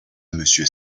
monsieur